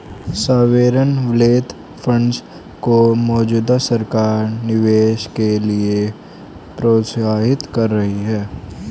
sovereign wealth funds को मौजूदा सरकार निवेश के लिए प्रोत्साहित कर रही है